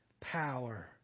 power